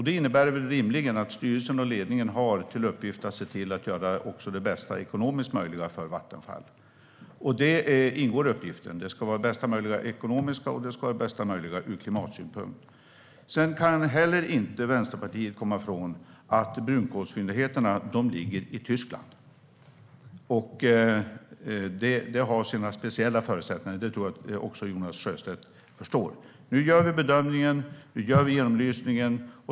Det innebär rimligen att styrelsen och ledningen har till uppgift att se till att göra också det bästa ekonomiskt möjliga för Vattenfall. Det ingår i uppgiften. Det ska vara bästa möjliga ur såväl ekonomisk synpunkt som klimatsynpunkt. Västerpartiet kan heller inte komma ifrån att brunkolsfyndigheterna ligger i Tyskland. Det har sina speciella förutsättningar. Det tror jag att också Jonas Sjöstedt förstår. Nu gör vi bedömningen och genomlysningen.